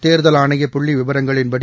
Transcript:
தேர்தல் ஆணைய புள்ளி விவரங்களின்படி